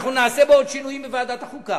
אנחנו נעשה בו עוד שינויים בוועדת החוקה.